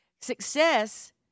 Success